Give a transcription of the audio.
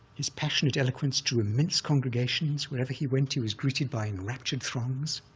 his passionate eloquence drew immense congregations. wherever he went, he was greeted by enraptured throngs.